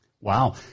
wow